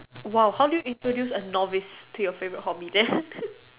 !wow! how do you introduce a novice to your favourite hobby that's